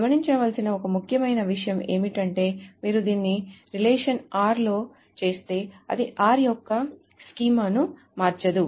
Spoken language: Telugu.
గమనించవలసిన ఒక ముఖ్యమైన విషయం ఏమిటంటే మీరు దీన్ని రిలేషన్ r లో చేస్తే అది r యొక్క స్కీమాను మార్చదు